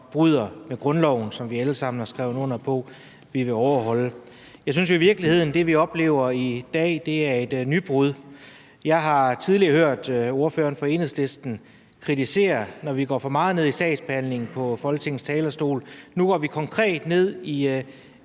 bryder grundloven, som vi alle sammen har skrevet under på vi vil overholde. Jeg synes i virkeligheden, at det, vi oplever i dag, er et nybrud. Jeg har tidligere hørt ordføreren fra Enhedslisten kritisere, når vi går for meget ned i sagsbehandlingen på Folketingets talerstol. Nu var vi konkret nede i